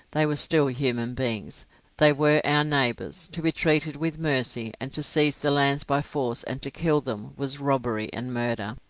they were still human beings they were our neighbours, to be treated with mercy and to seize their lands by force and to kill them was robbery and murder.